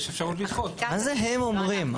מה זה "הם אומרים"?